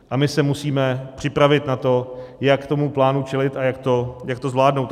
A my se musíme připravit na to, jak tomu plánu čelit a jak to zvládnout.